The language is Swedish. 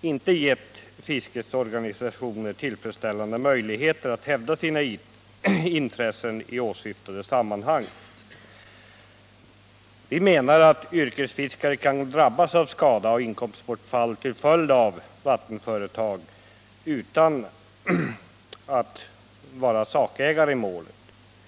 inte gett fiskets organisationer tillfredsställande möjligheter att hävda sina intressen i åsyftade sammanhang. Vi menar att yrkesfiskare kan drabbas av skada och inkomstbort fall till följd av vattenföretag utan att vara sakägare i målet.